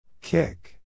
kick